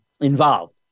involved